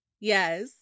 Yes